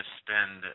spend